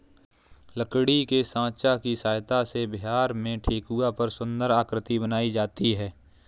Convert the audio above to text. लकड़ी के साँचा की सहायता से बिहार में ठेकुआ पर सुन्दर आकृति बनाई जाती है